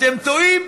אתם לא טועים.